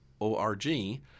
O-R-G